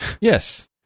Yes